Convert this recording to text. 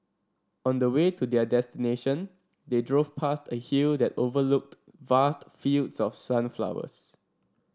on the way to their destination they drove past a hill that overlooked vast fields of sunflowers